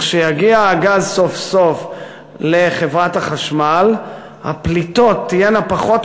כשיגיע הגז סוף-סוף לחברת החשמל הפליטות תהיינה פחות